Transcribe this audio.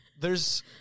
there's-